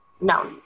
no